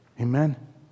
amen